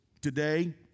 Today